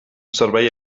servei